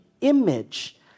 image